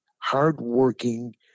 hardworking